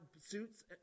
suits